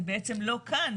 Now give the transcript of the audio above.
זה בעצם לא כאן,